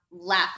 laugh